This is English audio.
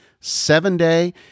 seven-day